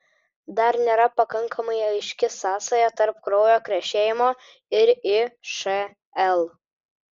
dar nėra pakankamai aiški sąsaja tarp kraujo krešėjimo ir išl